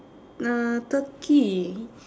uh turkey